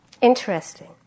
interesting